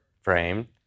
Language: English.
frame